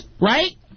right